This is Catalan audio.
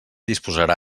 disposarà